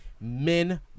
men